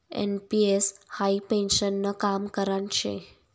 NPS हाई पेन्शननं काम करान शे